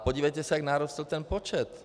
Podívejte se, jak narostl ten počet.